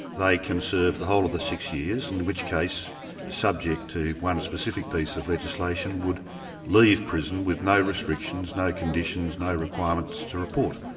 they can serve the whole of the six years, in which case subject to one specific piece of legislation, would leave prison with no restrictions, no conditions, no requirements to report.